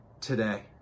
today